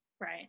Right